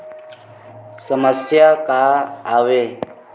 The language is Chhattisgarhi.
समस्या का आवे?